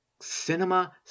Cinema